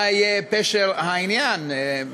מה יהיה פשר העניין,